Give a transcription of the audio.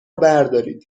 بردارید